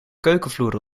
keukenvloer